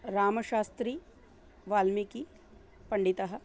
रामशास्त्री वाल्मीकिः पण्डितः